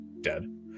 dead